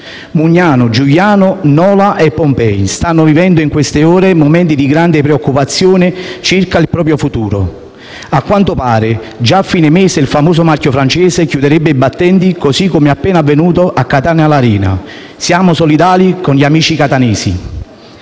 Mugnano, Giugliano, Nola e Pompei stanno vivendo in queste ore momenti di grande preoccupazione circa il proprio futuro. A quanto pare, già a fine mese il famoso marchio francese chiuderebbe i battenti, così come è appena avvenuto a Catania (La Rena). Siamo solidali con gli amici catanesi.